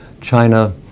China